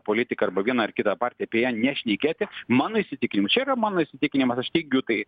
politiką arba vieną ar kitą partiją apie ją nešnekėti mano įsitikinimu čia yra mano įsitikinimas aš teigiu tai